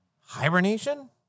Hibernation